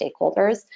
stakeholders